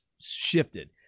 shifted